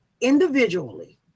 individually